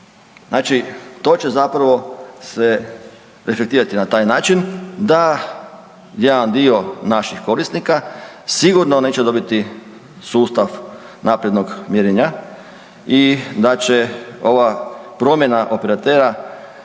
Znači, to će zapravo se reflektirati na taj način da jedan dio naših korisnika sigurno neće dobiti sustav naprednog mjerenja i da će ova promjena operatera